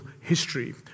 history